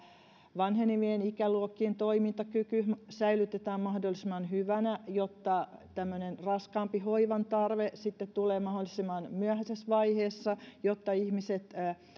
vanhenevien ikäluokkien toimintakyky säilytetään mahdollisimman hyvänä jotta tämmöinen raskaampi hoivantarve sitten tulee mahdollisimman myöhäisessä vaiheessa ja jotta